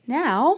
now